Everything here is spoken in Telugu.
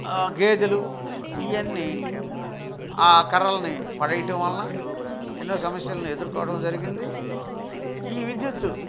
గేదలు ఇవన్నీ ఆ కర్రల్ని పడేయటం వలన ఎన్నో సమస్యలని ఎదుర్కోవడం జరిగింది ఈ విద్యుత్